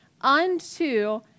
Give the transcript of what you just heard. unto